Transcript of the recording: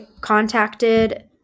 contacted